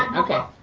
okay.